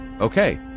Okay